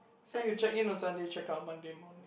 so you check in on Sunday check out on Monday morning